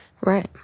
Right